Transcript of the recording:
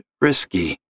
risky